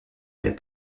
mes